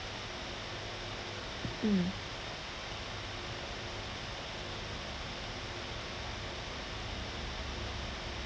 mm